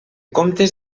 comptes